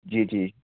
ਜੀ ਜੀ